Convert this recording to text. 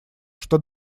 что